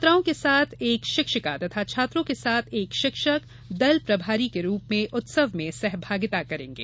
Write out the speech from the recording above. छात्राओं के साथ एक शिक्षिका तथा छात्रों के साथ एक शिक्षक दल प्रभारी के रूप में उत्सव में सहभागिता करेंगे